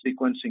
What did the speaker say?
sequencing